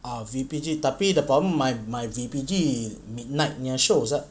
ah V_P_G tapi the problem my my V_P_G midnight punya shows ah